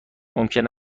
ممکن